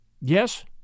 Yes